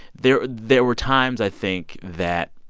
there there were times, i think, that